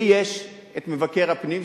לי יש מבקר הפנים,